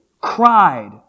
cried